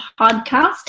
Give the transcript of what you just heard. podcast